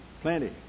Plenty